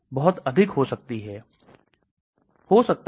इसलिए आपको इसे समझने की जरूरत है